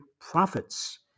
profits